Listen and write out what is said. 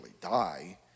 die